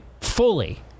fully